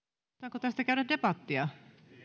halutaanko tästä käydä debattia